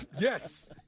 Yes